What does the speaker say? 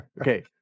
okay